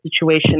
situation